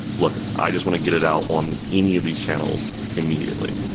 look, i just want to get it out on any of these channels immediately.